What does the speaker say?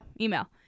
email